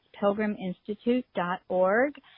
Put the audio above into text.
pilgriminstitute.org